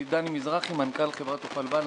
אני מנכ"ל חברת "אופל בלאנס",